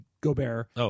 Gobert